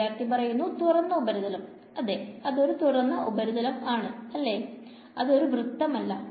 വിദ്യാർത്ഥി തുറന്ന ഉപരിതലം അതൊരു തുറന്ന ഉപരിതലമാണ് അല്ലേ അതൊരു വൃത്തം അല്ല